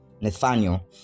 nathaniel